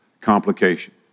complication